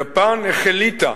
יפן החליטה,